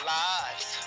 lives